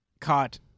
caught